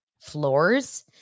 floors